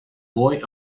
boy